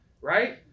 right